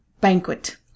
banquet